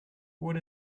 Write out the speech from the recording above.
what